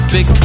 Big